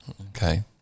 okay